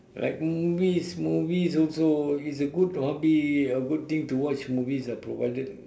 like movies movies also it's a good hobby a good thing to watch movie ah provided